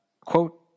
quote